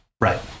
Right